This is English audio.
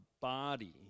body